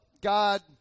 God